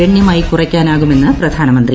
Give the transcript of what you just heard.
ഗണ്യമായി കുറയ്ക്കാനാകുമെന്ന് പ്രധാനമന്ത്രി